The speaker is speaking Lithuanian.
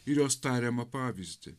ir jos tariamą pavyzdį